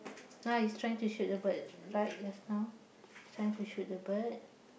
ah he's trying to shoot the bird right just now trying to shoot the bird